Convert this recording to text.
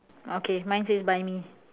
okay mine says buy me